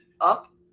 up